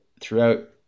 throughout